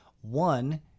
One